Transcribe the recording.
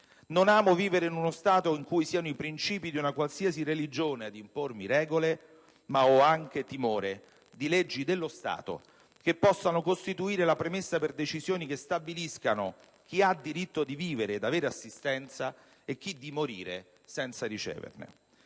Non amo vivere in uno Stato in cui siano i princìpi di una qualsiasi religione a impormi regole, ma ho anche timore di leggi dello Stato che possano costituire la premessa per decisioni che stabiliscano chi ha diritto di vivere ed avere assistenza e chi di morire senza riceverne.